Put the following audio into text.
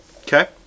Okay